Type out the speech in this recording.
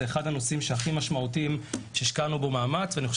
זה אחד הנושאים הכי משמעותיים שהשקענו בו מאמץ ואני חושב